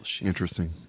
Interesting